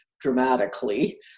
dramatically